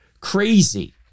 crazy